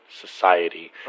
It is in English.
society